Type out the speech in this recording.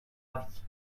avis